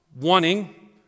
wanting